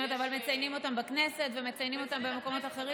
אבל מציינים אותם בכנסת ומציינים אותם במקומות אחרים?